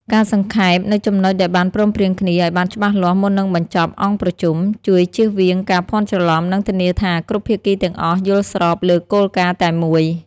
ការសង្ខេបនូវចំណុចដែលបានព្រមព្រៀងគ្នាឱ្យបានច្បាស់លាស់មុននឹងបញ្ចប់អង្គប្រជុំ ជួយជៀសវាងការភាន់ច្រឡំ និងធានាថាគ្រប់ភាគីទាំងអស់យល់ស្របលើគោលការណ៍តែមួយ។